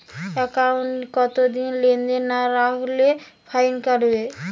একাউন্টে কতদিন লেনদেন না করলে ফাইন কাটবে?